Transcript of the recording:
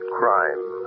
crime